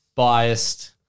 biased